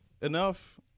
enough